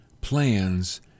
plans